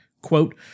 quote